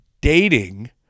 dating